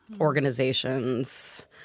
organizations